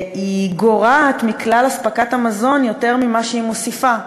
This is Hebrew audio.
גורעת מכלל אספקת המזון יותר ממה שהיא מוסיפה.